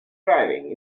driving